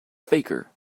faker